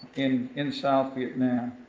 in in south vietnam,